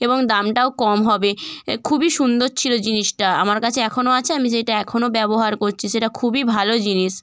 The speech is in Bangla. এবং দামটাও কম হবে এ খুবই সুন্দর ছিলো জিনিসটা আমার কাছে এখনো আছে আমি যেইটা এখনো ব্যবহার করছি সেটা খুবই ভালো জিনিস